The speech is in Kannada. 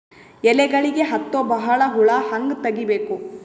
ಎಲೆಗಳಿಗೆ ಹತ್ತೋ ಬಹಳ ಹುಳ ಹಂಗ ತೆಗೀಬೆಕು?